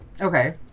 Okay